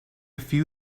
few